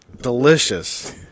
delicious